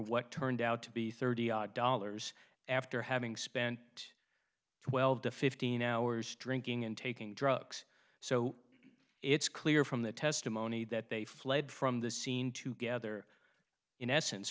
what turned out to be thirty odd dollars after having spent twelve to fifteen hours drinking and taking drugs so it's clear from the testimony that they fled from the scene to gather in essence